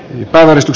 antamisesta